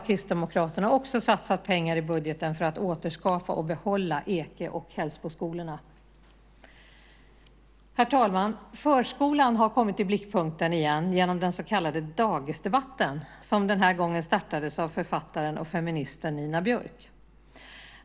Kristdemokraterna har också satsat pengar i budgeten för att återskapa och behålla Ekeskolan och Hällsboskolan. Herr talman! Förskolan har kommit i blickpunkten igen genom den så kallade dagisdebatten som den här gången startades av författaren och feministen Nina Björk.